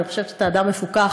אני חושבת שאתה אדם מפוכח.